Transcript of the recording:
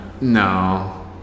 No